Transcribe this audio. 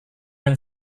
yang